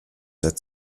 der